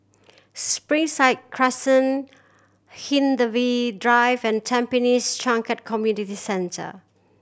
Springside Crescent Hindhede Drive and Tampines Changkat Community Centre